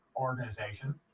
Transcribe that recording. organization